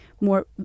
more